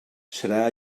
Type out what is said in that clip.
serà